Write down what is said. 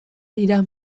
dira